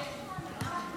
חבר הכנסת גלעד קריב,